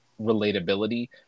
relatability